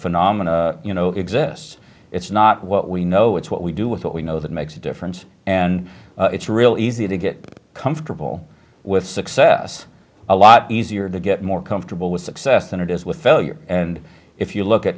phenomena you know exist it's not what we know it's what we do with what we know that makes a difference and it's really easy to get comfortable with success a lot easier to get more comfortable with success than it is with failure and if you look at